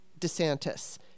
DeSantis